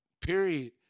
period